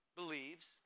believes